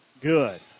Good